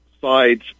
sides